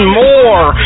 more